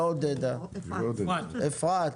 אפרת.